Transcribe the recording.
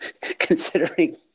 considering